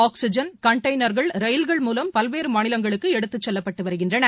oxygen கண்டெய்னா்கள் ரயில்கள் மூலம் பல்வேறுமாநிலங்களுக்குஎடுத்துச் செல்லப்பட்டுவருகின்றன